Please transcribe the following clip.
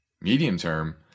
medium-term